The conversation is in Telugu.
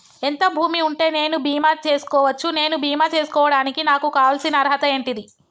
ఎంత భూమి ఉంటే నేను బీమా చేసుకోవచ్చు? నేను బీమా చేసుకోవడానికి నాకు కావాల్సిన అర్హత ఏంటిది?